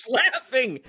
laughing